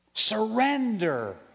Surrender